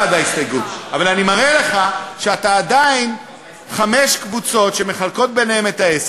ואז זוג צעיר בקטגוריות כאלה ואחרות היה יכול לקבל